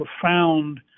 profound